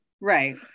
right